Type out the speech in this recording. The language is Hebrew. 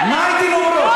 מה הייתן אומרות?